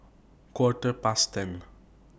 Quarter Past ten